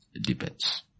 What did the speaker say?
Depends